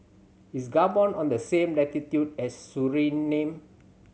is Gabon on the same latitude as Suriname